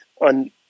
on